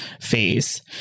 phase